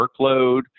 workload